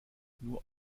nur